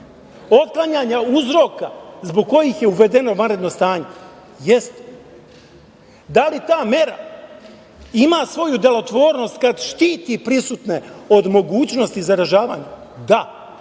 otklanjanja uzroka zbog kojih je zavedeno vanredno stanje? Jeste. Da li ta mera ima svoju delotvornost kad štiti prisutne od mogućnosti zaražavanja? Da.